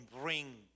bring